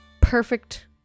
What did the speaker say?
perfect